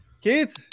Keith